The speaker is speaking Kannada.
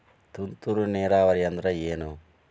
ತುಂತುರು ನೇರಾವರಿ ಅಂದ್ರ ಏನ್?